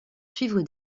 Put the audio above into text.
suivre